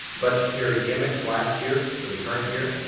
budgetary gimmicks last year, for the current year,